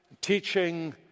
teaching